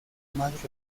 más